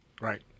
Right